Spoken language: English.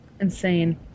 insane